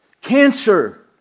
Cancer